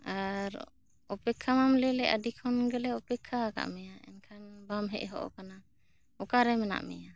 ᱟᱨ ᱚᱯᱮᱠᱠᱷᱟ ᱢᱟᱢ ᱞᱟ ᱭ ᱞᱮᱜᱼᱟ ᱟ ᱰᱤ ᱠᱷᱚᱱ ᱜᱮᱞᱮ ᱚᱯᱮᱠᱠᱷᱟ ᱟᱠᱟᱜ ᱢᱮᱭᱟ ᱮᱱᱠᱷᱟᱱ ᱵᱟᱢ ᱦᱮᱡ ᱦᱚᱜ ᱟᱠᱟᱱᱟ ᱚᱠᱟ ᱨᱮ ᱢᱮᱱᱟᱜ ᱢᱮᱭᱟ